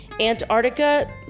Antarctica